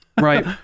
Right